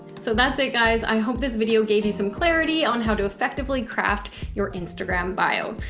so that's it guys. i hope this video gave you some clarity on how to effectively craft your instagram bio.